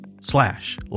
slash